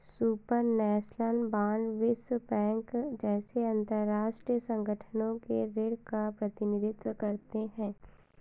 supranational bond विश्व bank जैसे अंतरराष्ट्रीय संगठनों के ऋण का प्रतिनिधित्व करते हैं